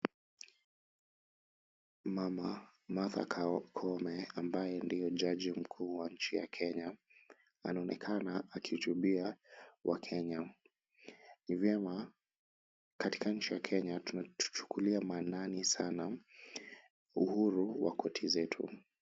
Mama Martha Koome ambaye ndiye jaji mkuu wa nchi ya Kenya, anaonekana akihutubia wakenya. Ni vyema katika nchi ya Kenya tuchukulie maanani sana uhuru wa korti zetu.